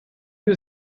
you